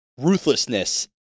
ruthlessness